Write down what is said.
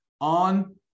On